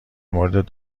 مورد